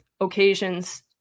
occasions